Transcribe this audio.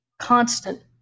constant